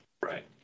Right